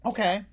Okay